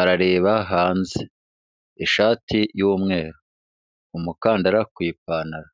arareba hanze, ishati y'umweru, umukandara ku ipantaro.